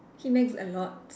he nags a lot